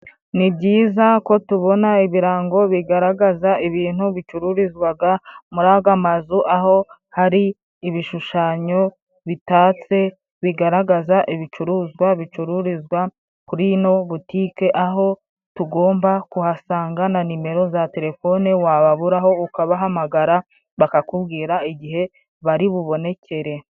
Ni byiza ko tubona ibirango bigaragaza ibintu bicururizwaga muri aga mazu, aho hari ibishushanyo bitatse, bigaragaza ibicuruzwa bicururizwa kuri ino butike, aho tugomba kuhasanga na nimero za telefone, wababuraho ukabahamagara bakakubwira igihe bari bubonekere.